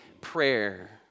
prayer